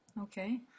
okay